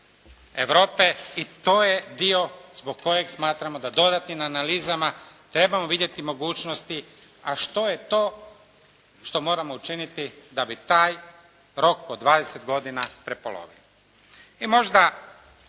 Europe i to je dio zbog kojeg smatramo da dodanim analizama trebamo vidjeti mogućnosti, a što je to što moramo učiniti da bi taj rok od 20 godina prepolovio.